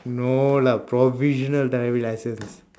no lah provisional driving license is